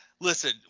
listen